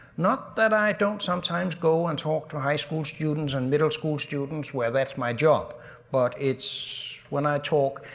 not that i don't sometimes go and talk to high school students and middle school students where that's my job but it's when i talk,